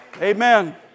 Amen